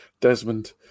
Desmond